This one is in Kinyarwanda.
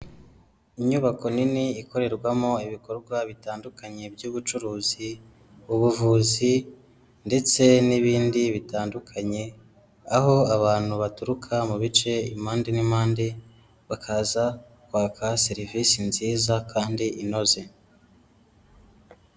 Inyubako nini ikorerwamo ibikorwa bitandukanye by'ubucuruzi, ubuvuzi ndetse n'ibindi bitandukanye, aho abantu baturuka mu bice impande n'impande bakaza kwaka serivisi nziza kandi inoze.